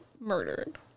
murdered